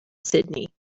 sydney